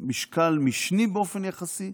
משקל משני באופן יחסי.